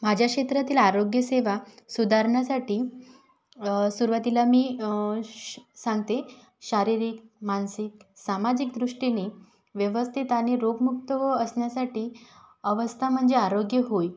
माझ्या क्षेत्रातील आरोग्य सेवा सुधारण्यासाटी सुरुवातीला मी श्श सांगते शारीरिक मानसिक सामाजिक दृष्टीनी व्यवस्थित आणि रोगमुक्त व असण्यासाठी अवस्था म्हणजे आरोग्य होय